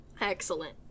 Excellent